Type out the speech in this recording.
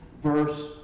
verse